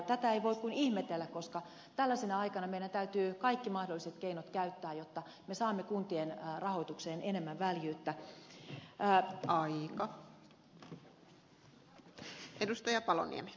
tätä ei voi kuin ihmetellä koska tällaisena aikana meidän täytyy kaikki mahdolliset keinot käyttää jotta me saamme kuntien rahoitukseen enemmän väljyyttä